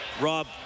rob